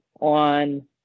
on